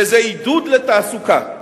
וזה עידוד לתעסוקה.